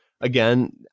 again